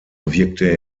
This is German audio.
wirkte